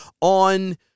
on